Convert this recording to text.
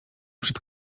przed